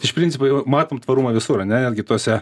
iš principo jau matom tvarumą visur ar ne netgi tose